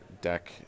deck